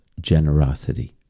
generosity